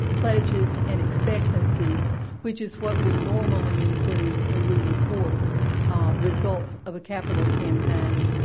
pledges and expectancies, which is what we normally include when we report results of a capital campaign.